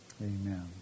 Amen